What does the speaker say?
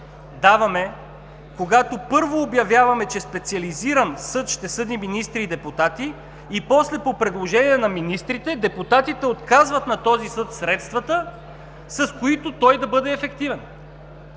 даваме, когато, първо, обявяваме, че Специализиран съд ще съди министри и депутати, и после, по предложение на министрите, депутатите отказват на този съд средствата, с които той да бъде ефективен.